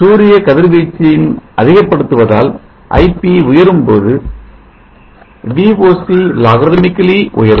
சூரிய கதிர் வீச்சின் அதிகப்படுத்துவதால் ip உயரும்போது Voc logarithmically உயரும்